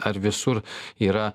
ar visur yra